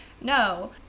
no